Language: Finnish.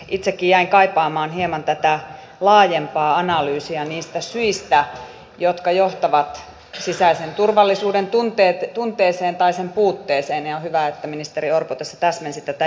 itsekin jäin kaipaamaan hieman laajempaa analyysia niistä syistä jotka johtavat sisäisen turvallisuuden tunteeseen tai sen puutteeseen ja on hyvä että ministeri orpo tässä täsmensi tätä jatkotyötä